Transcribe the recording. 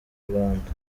rwanda